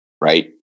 right